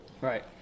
Right